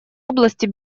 области